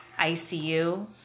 ICU